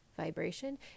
vibration